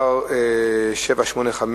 שאילתא מס' 785,